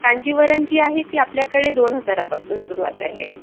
कांजीवरम जी आहे ती आपल्याकडे दोन हजारापासून सुरुवात आहे